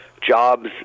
jobs